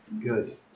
Good